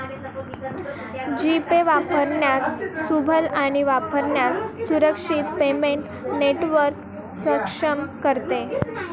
जी pay वापरण्यास सुलभ आणि वापरण्यास सुरक्षित पेमेंट नेटवर्क सक्षम करते